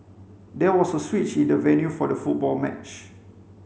there was a switch in the venue for the football match